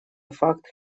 факт